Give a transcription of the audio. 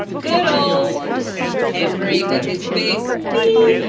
good old henry with his big b